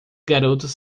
garotos